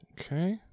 Okay